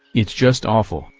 it's just awful,